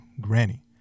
Granny